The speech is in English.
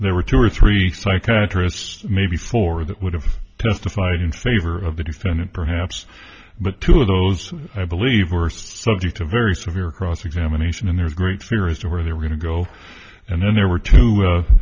there were two or three psychiatry has maybe four that would have testified in favor of the defendant perhaps but two of those i believe were subject to very severe cross examination and there's great fear as to where they're going to go and then there were two